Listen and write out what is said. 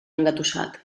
engatussat